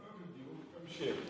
לא בדיוק, תמשיך.